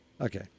Okay